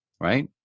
right